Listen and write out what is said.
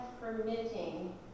permitting